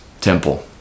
temple